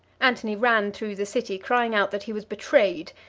antony ran through the city, crying out that he was betrayed,